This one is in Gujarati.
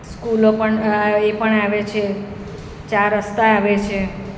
સ્કૂલો પણ એ પણ આવે છે ચાર રસ્તા આવે છે